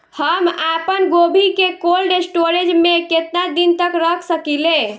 हम आपनगोभि के कोल्ड स्टोरेजऽ में केतना दिन तक रख सकिले?